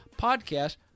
podcast